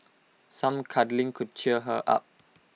some cuddling could cheer her up